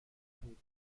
بود